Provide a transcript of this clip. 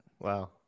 Wow